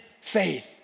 faith